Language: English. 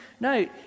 no